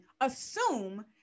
assume